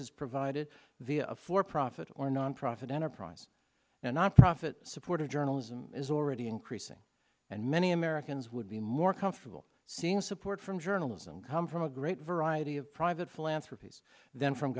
is provided via a for profit or nonprofit enterprise and nonprofit support of journalism is already increasing and many americans would be more comfortable seeing support from journalism come from a great variety of private philanthropies then from